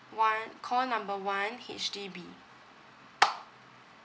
one call number one H_D_B